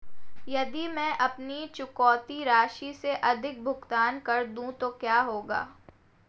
यदि मैं अपनी चुकौती राशि से अधिक भुगतान कर दूं तो क्या होगा?